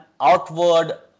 outward